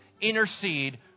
intercede